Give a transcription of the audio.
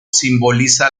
simboliza